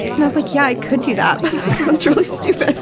and i was like yea, i could do that but that sounds really stupid.